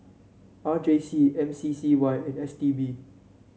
R J C M C C Y and S T B